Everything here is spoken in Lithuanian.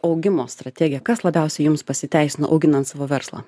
augimo strategiją kas labiausiai jums pasiteisino auginant savo verslą